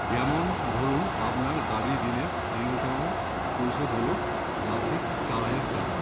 যেমন ধরুন আপনার গাড়ি ঋণের ন্যুনতম পরিশোধ হলো মাসিক চার হাজার টাকা